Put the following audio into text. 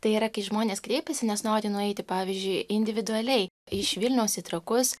tai yra kai žmonės kreipiasi nes nori nueiti pavyzdžiui individualiai iš vilniaus į trakus